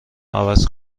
عوض